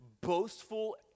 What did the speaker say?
boastful